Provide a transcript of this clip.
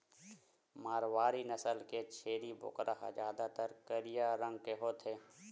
मारवारी नसल के छेरी बोकरा ह जादातर करिया रंग के होथे